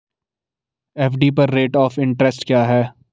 FD पर rate of interest क्या है?